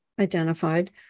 identified